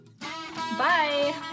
bye